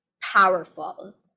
powerful